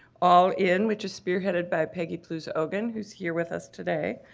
all in, which is spearheaded by peggy plews-ogan, who's here with us today,